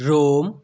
Rome